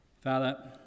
Father